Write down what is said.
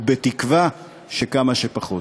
ובתקווה שכמה שפחות.